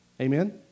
Amen